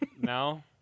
No